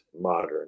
modern